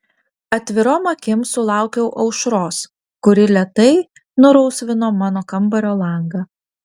atvirom akim sulaukiau aušros kuri lėtai nurausvino mano kambario langą